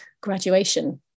graduation